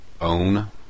own